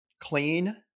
clean